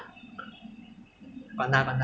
then eh jasper 现在 ah